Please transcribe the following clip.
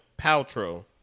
paltrow